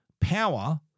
power